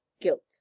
guilt